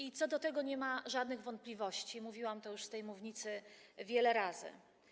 I co do tego nie ma żadnych wątpliwości - mówiłam to już z tej mównicy wiele razy.